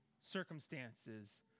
circumstances